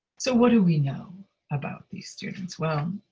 so what do we know about these students? well,